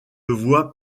voie